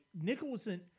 Nicholson